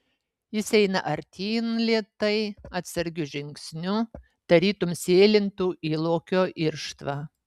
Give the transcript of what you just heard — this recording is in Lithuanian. jis eina artyn lėtai atsargiu žingsniu tarytum sėlintų į lokio irštvą